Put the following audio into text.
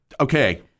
okay